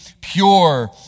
pure